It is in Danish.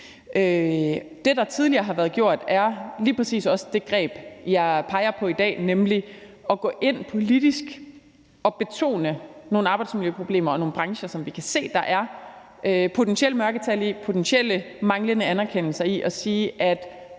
Det, der tidligere har været gjort, er lige præcis også det greb, jeg peger på i dag, nemlig at gå ind politisk og betone, at der er nogle arbejdsmiljøproblemer og nogle brancher, hvor vi kan se at der er potentielle mørketal og potentielt manglende anerkendelser. Og